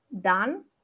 done